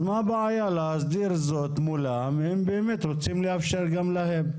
אז מה הבעיה להסדיר זאת מולם אם באמת רוצים לאפשר גם להם?